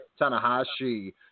Tanahashi